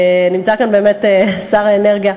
נמצא כאן שר האנרגיה,